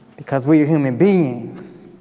because we are human beings,